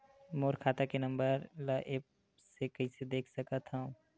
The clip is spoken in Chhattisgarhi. मोर खाता के नंबर ल एप्प से कइसे देख सकत हव?